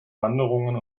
wanderungen